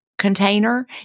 container